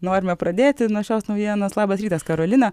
norime pradėti nuo šios naujienos labas rytas karolina